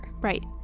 right